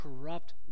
corrupt